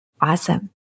Awesome